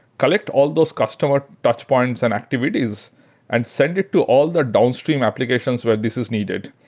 collect all those customer touch points and activities and send it to all the downstream applications where this is needed.